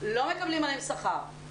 לא מקבלים עליהם שכר.